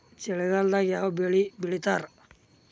ಚಳಿಗಾಲದಾಗ್ ಯಾವ್ ಬೆಳಿ ಬೆಳಿತಾರ?